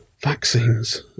vaccines